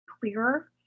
clearer